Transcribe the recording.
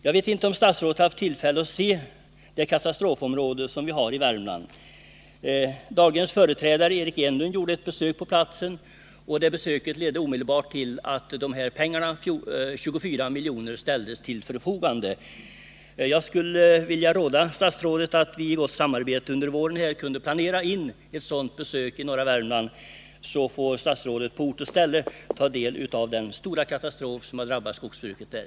Jag vet inte om statsrådet haft tillfälle att se katastrofområdet i Värmland. Anders Dahlgrens företrädare gjorde ett besök på platsen, och det ledde till att 24 miljoner omedelbart ställdes till förfogande. Jag skulle vilja föreslå statsrådet att vi i gott samarbete planerar in ett sådant besök i norra Värmland under våren, så får statsrådet på ort och ställe se den stora katastrof som drabbat skogsbruket där.